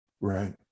Right